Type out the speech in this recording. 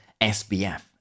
SBF